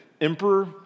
emperor